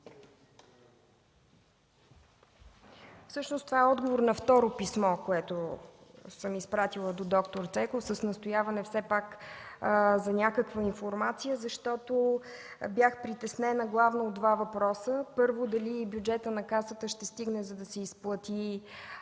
всъщност отговор на второто ми писмо, което съм изпратила до д-р Цеков с настояване за някаква информация, защото бях притеснена главно от два въпроса: първо, дали бюджетът на Касата ще стигне, за да се изплати